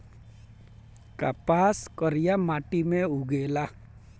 कपास करिया माटी मे उगेला